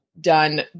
Done